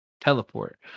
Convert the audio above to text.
teleport